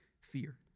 fear